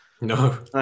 No